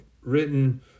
written